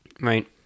Right